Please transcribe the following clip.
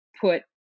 put